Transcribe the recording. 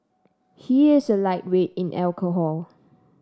he is a lightweight in alcohol